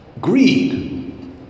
Greed